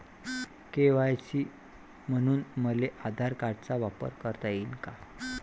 KYC म्हनून मले आधार कार्डाचा वापर करता येईन का?